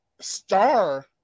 star